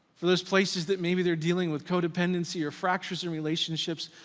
for those places that maybe they're dealing with codependency or fractures in relationships,